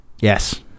Yes